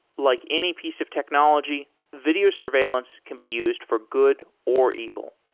like any piece of technology, video surveillance can be used for good or evil.